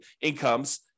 incomes